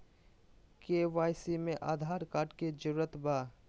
KYC में Aadhaar card के जरूरत बा?